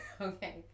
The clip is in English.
Okay